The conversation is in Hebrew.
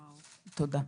תודה.